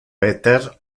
peter